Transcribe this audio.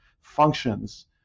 functions